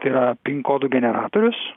tai yra pin kodų generatorius